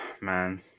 man